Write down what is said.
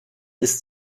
ist